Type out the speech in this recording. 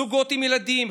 זוגות עם ילדים,